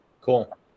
cool